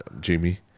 Jamie